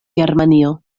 germanio